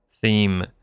theme